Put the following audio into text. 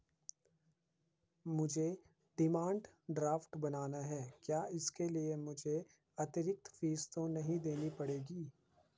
मुझे demand draft बनाना है क्या इसके लिए मुझे अतिरिक्त फीस तो नहीं देनी पड़ेगी?